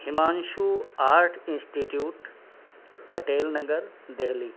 Himanshu art institute Patel Nagar Delhi